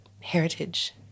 heritage